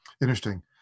Interesting